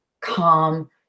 calm